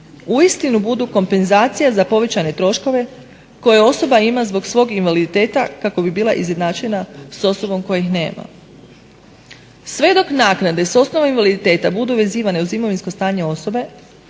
uistinu budu kompenzacija za povećane troškove koje osoba ima zbog svog invaliditeta kako bi bila izjednačena sa osobom koja ih nema. Sve dok naknade sa osnova invaliditeta budu vezivane uz imovinsko stanje osobe